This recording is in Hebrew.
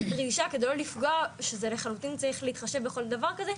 דרישה כדי לא לפגוע שזה לחלוטין צריך להתחשב בכל דבר כזה,